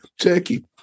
Turkey